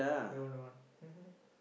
don't want don't want